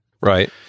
Right